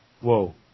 Whoa